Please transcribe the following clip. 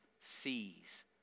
sees